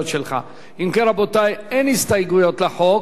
אנחנו נצביע בקריאה שנייה על הצעת חוק